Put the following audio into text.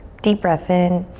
deep breath in,